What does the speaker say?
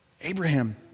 Abraham